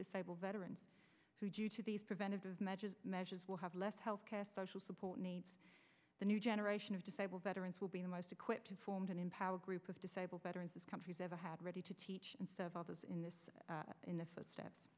disabled veteran who due to these preventative measures measures will have less health care social support needs the new generation of disabled veterans will be the most equipped informed and empower group of disabled veterans this country's ever had ready to teach and several others in this in the footsteps